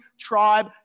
tribe